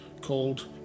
called